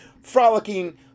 frolicking